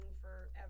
forever